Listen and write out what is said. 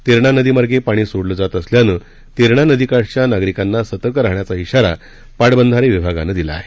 तेरणा नदीमार्गे पाणी सोडलं जात असल्यानं तेरणा नदीकाठच्या नागरिकांना सतर्क राहण्याचा इशारा पाटबंधारे विभागानं दिला आहे